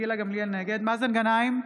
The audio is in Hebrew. מאזן גנאים,